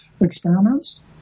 experiments